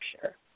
sure